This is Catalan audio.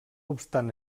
obstant